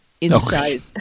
inside